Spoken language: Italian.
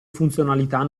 funzionalità